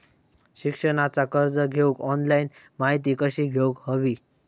शिक्षणाचा कर्ज घेऊक ऑनलाइन माहिती कशी घेऊक हवी?